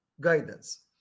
guidance